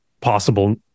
possible